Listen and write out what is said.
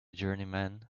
journeyman